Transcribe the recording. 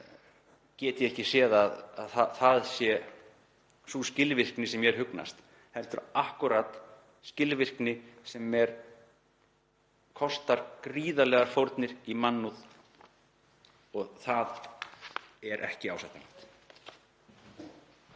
get ég ekki séð að það sé sú skilvirkni sem mér hugnast heldur akkúrat skilvirkni sem kostar gríðarlegar fórnir í mannúð og það er ekki ásættanlegt.